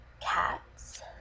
cats